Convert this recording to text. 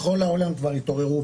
בכל העולם כבר התעוררו,